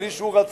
בלי שהוא רצה,